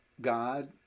God